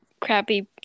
crappy